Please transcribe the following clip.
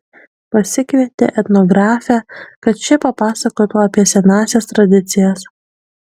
pasikvietė etnografę kad ši papasakotų apie senąsias tradicijas